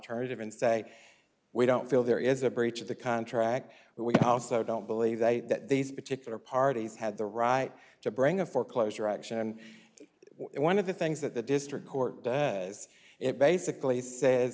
of and say we don't feel there is a breach of the contract but we also don't believe that these particular parties had the right to bring a foreclosure auction and one of the things that the district court has it basically sa